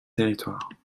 territoire